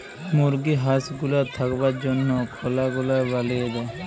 মুরগি হাঁস গুলার থাকবার জনহ খলা গুলা বলিয়ে দেয়